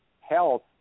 health